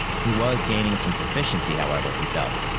he was gaining some proficiency, however, he felt.